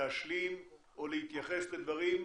להשלים או להתייחס לדברים,